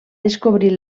descobrir